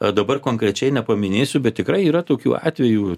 o dabar konkrečiai nepaminėsiu bet tikrai yra tokių atvejų